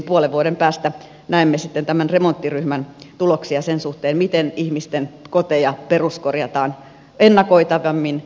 puolen vuoden päästä näemme sitten tämän remonttiryhmän tuloksia sen suhteen miten ihmisten koteja peruskorjataan ennakoitavammin suunnitelmallisemmin